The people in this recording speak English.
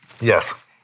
Yes